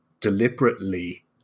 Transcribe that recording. deliberately